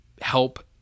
help